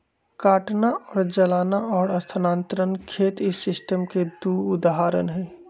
काटना और जलाना और स्थानांतरण खेत इस सिस्टम के दु उदाहरण हई